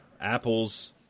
Apple's